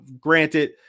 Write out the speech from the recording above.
granted